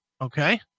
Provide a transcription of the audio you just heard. Okay